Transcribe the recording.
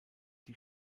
die